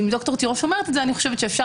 אם ד"ר תירוש אומרת זאת אני חושבת שאפשר